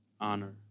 honor